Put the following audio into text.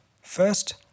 First